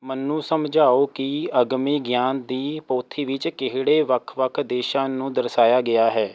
ਮੈਨੂੰ ਸਮਝਾਓ ਕਿ ਅਗਮੀ ਗਿਆਨ ਦੀ ਪੋਥੀ ਵਿੱਚ ਕਿਹੜੇ ਵੱਖ ਵੱਖ ਦੇਸ਼ਾਂ ਨੂੰ ਦਰਸਾਇਆ ਗਿਆ ਹੈ